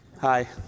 Hi